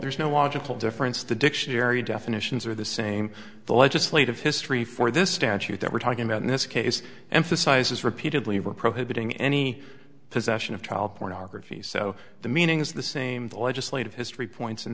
there's no logical difference the dictionary definitions are the same the legislative history for this statute that we're talking about in this case emphasizes repeatedly were prohibiting any possession of child pornography so the meaning is the same the legislative history points in